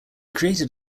created